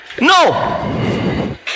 No